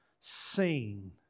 seen